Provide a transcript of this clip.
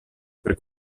per